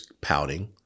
pouting